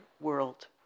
world